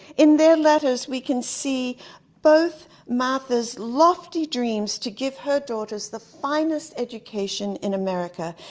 in their letters, we can see both martha's lofty dreams to give her daughters the finest education in america.